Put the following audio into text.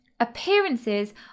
appearances